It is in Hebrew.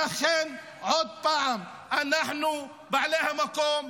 לכן, עוד פעם, אנחנו בעלי המקום,